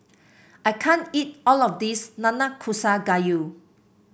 I can't eat all of this Nanakusa Gayu